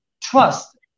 trust